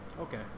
Okay